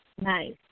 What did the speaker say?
Nice